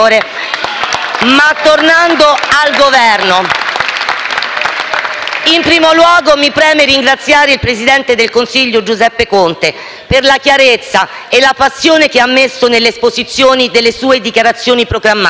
Ma tornando al Governo, in primo luogo, mi preme ringraziare il presidente del Consiglio Giuseppe Conte per la chiarezza e la passione che ha messo nell'esposizione delle sue dichiarazioni programmatiche.